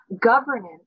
governance